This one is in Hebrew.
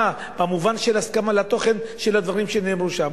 במובן של הסכמה לתוכן של הדברים שנאמרו שם.